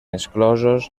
exclosos